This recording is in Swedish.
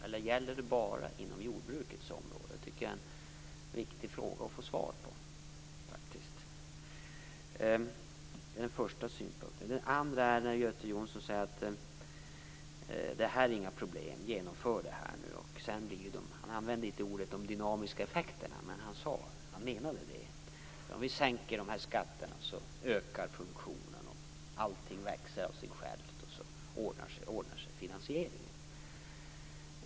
Eller gäller det bara inom jordbrukets område? Det tycker jag faktiskt är en viktig fråga att få svar på. Det är den första synpunkten. Så till den andra synpunkten. Göte Jonsson säger: Det här är inga problem, genomför det här nu. Han använder inte orden dynamiska effekter, men han menar det. Om vi sänker skatterna ökar produktionen och allting växer av sig självt, och så ordnar sig finansieringen.